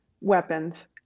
weapons